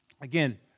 again